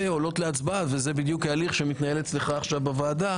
עולות להצבעה וזה בדיוק ההליך שמתנהל אצלך עכשיו בוועדה